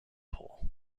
pool